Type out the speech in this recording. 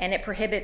and it prohibit